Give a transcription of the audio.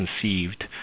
conceived